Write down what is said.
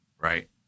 right